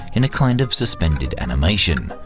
in a kind of suspended animation,